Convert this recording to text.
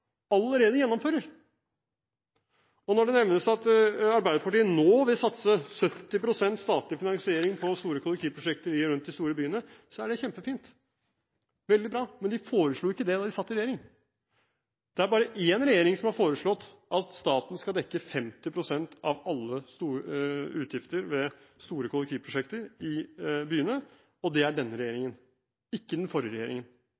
allerede gjennomfører. Når det nevnes at Arbeiderpartiet nå vil satse 70 pst. statlig finansiering på store kollektivprosjekter i og rundt de store byene, er det kjempefint, veldig bra, men de foreslo ikke det da de satt i regjering. Det er bare én regjering som har foreslått at staten skal dekke 50 pst. av alle utgifter ved store kollektivprosjekter i byene, og det er denne regjeringen – ikke den forrige regjeringen,